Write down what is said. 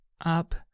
up